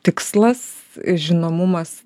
tikslas žinomumas